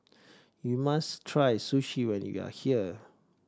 you must try Sushi when you are here